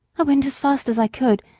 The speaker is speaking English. i went as fast as i could,